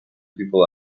people